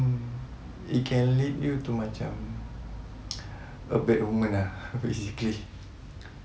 it can lead you to my charm a bedroom and a cage